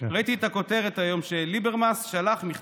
ראיתי את הכותרת היום שליברמס שלח היום